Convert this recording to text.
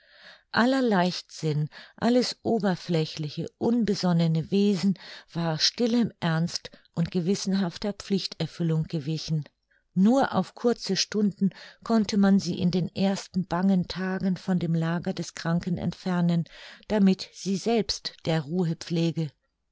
aller leichtsinn alles oberflächliche unbesonnene wesen war stillem ernst und gewissenhafter pflichterfüllung gewichen nur auf kurze stunden konnte man sie in den ersten bangen tagen von dem lager des kranken entfernen damit sie selbst der ruhe pflege